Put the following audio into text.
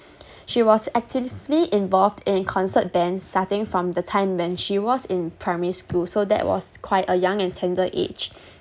she was actively involved in a concert band starting from the time when she was in primary school so that was quite a young and tender age